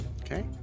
Okay